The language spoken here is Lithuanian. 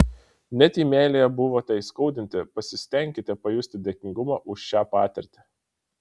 net jei meilėje buvote įskaudinti pasistenkite pajusti dėkingumą už šią patirtį